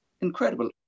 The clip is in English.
incredible